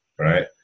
right